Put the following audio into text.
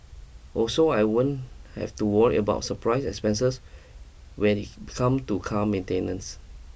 also I won't have to worry about surprise expenses when it come to car maintenance